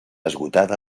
esgotada